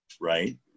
Right